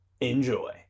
Enjoy